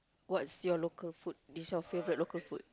what's your local food is your local favourite food